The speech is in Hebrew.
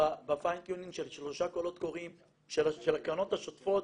בפיין טיונינג של שלושה קולות קוראים של הקרנות השוטפות,